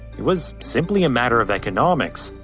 it was simply a matter of economics.